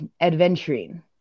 adventuring